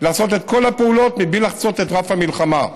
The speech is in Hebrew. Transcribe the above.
לעשות את כל הפעולות בלי לחצות את רף המלחמה.